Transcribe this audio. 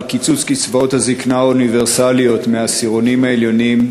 על קיצוץ קצבאות הזיקנה האוניברסליות לעשירונים העליונים,